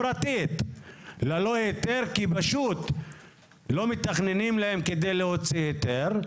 ללא היתר כי פשוט לא מתכננים להם כדי להוציא היתר,